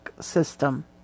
system